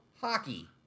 hockey